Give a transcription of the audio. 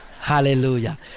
Hallelujah